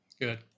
good